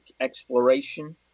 exploration